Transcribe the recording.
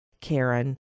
Karen